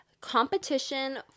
competition